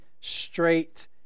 straight